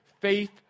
Faith